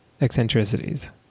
Eccentricities